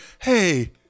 hey